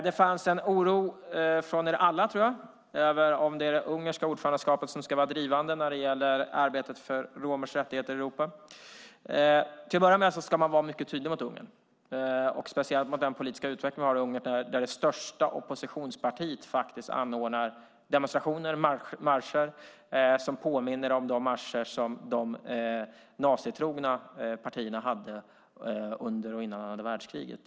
Det fanns en oro från er alla om det är det ungerska ordförandeskapet som ska vara drivande i arbetet för romers rättigheter i Europa. Till att börja med ska man vara mycket tydlig mot Ungern. Det gäller speciellt med den politiska utveckling man har i Ungern där det största oppositionspartiet anordnar demonstrationer och marscher som påminner om de marscher som de nazitrogna partierna hade innan och under andra världskriget.